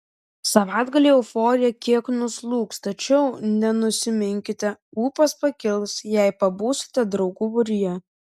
savaitgalį euforija kiek nuslūgs tačiau nenusiminkite ūpas pakils jei pabūsite draugų būryje